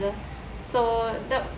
so